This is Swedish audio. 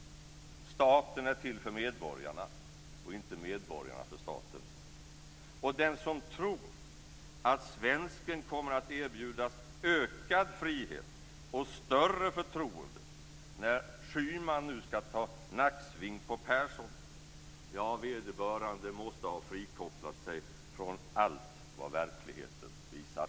Staten är till för medborgarna och inte medborgarna för staten. Den som tror att svensken kommer att erbjudas ökad frihet och större förtroende när Schyman nu ska ta nacksving på Persson måste ha frikopplat sig från allt vad verkligheten visar.